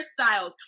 hairstyles